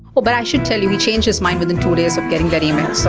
but i should tell you he changed his mind within two days of getting that email. so